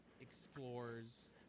explores